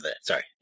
sorry